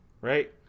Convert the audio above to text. right